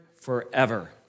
forever